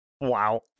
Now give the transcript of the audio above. Wow